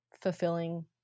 fulfilling